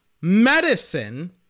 medicine